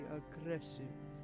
aggressive